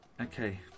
Okay